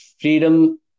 freedom